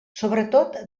sobretot